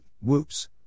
whoops